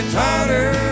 tighter